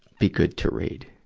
be good to read?